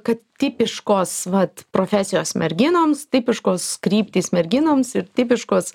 kad tipiškos vat profesijos merginoms tipiškos kryptys merginoms ir tipiškos